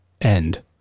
end